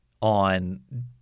on